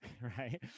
right